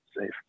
safe